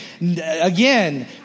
again